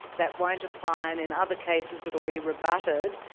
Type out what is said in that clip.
that won't apply, and in other cases it'll be rebutted,